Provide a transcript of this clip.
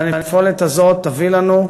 והנפילה הזאת תביא לנו,